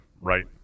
right